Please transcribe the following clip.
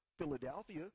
Philadelphia